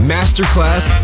Masterclass